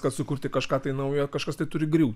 kad sukurti kažką naujo kažkas tai turi griūt